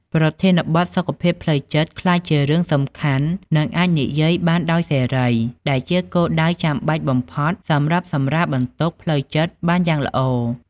ប្រធានបទសុខភាពផ្លូវចិត្តក្លាយជារឿងសំខាន់និងអាចនិយាយបានដោយសេរីដែលជាគោលដៅចាំបាច់បំផុតសម្រាប់សម្រាលបន្ទុកផ្លូវចិត្តបានយ៉ាងល្អ។